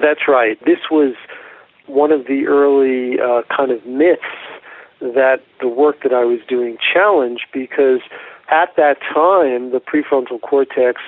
that's right, this was one of the early kind of myths that the work that i was doing challenged, because at that time the pre-fontal cortex